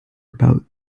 about